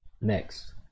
Next